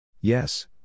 Yes